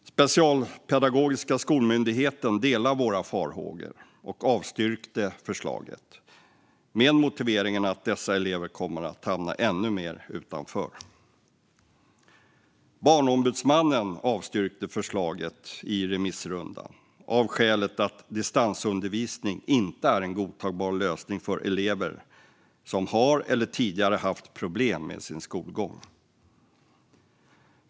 Specialpedagogiska skolmyndigheten delar våra farhågor och avstyrkte förslaget med motiveringen att dessa elever kommer att hamna ännu mer utanför. Barnombudsmannen avstyrkte förslaget i remissrundan av skälet att distansundervisning inte är en godtagbar lösning för elever som har eller tidigare har haft problem med sin skolgång.